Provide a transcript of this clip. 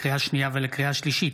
לקריאה שנייה ולקריאה שלישית: